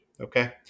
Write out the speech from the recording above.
Okay